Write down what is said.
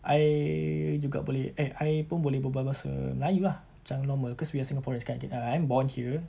I juga boleh eh I pun boleh berbual bahasa melayu lah macam normal cause we're singaporeans kan kit~ I'm born here